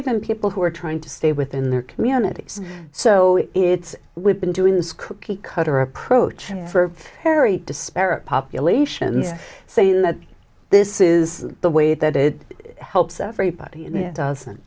even people who are trying to stay within their communities so it's we've been doing this cookie cutter approach for very disparate populations saying that this is the way that it helps everybody